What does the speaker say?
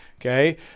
Okay